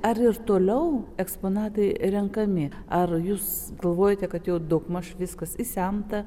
ar ir toliau eksponatai renkami ar jūs galvojate kad jau daugmaž viskas išsemta